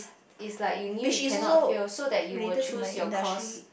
is like you knew you cannot fail so that you will choose your course